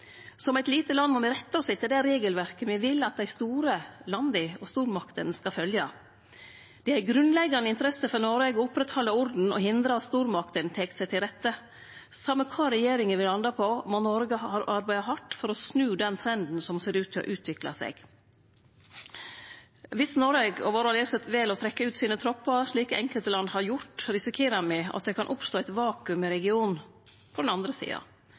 Som eit lite land må me rette oss etter det regelverket me vil at dei store landa og stormaktene skal følgje. Det er ei grunnleggjande interesse for Noreg å oppretthalde orden og hindre at stormaktene tek seg til rette. Same kva regjeringa vil lande på, må Noreg arbeide hardt for å snu den trenden som ser ut til å utvikle seg. Viss Noreg og våre allierte vel å trekkje ut troppane sine, slik enkelte land har gjort, risikerer me – på den andre sida – at det kan oppstå eit vakuum i regionen.